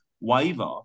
waiver